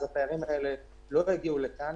התיירים האלה לא יגיעו לכאן